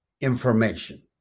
information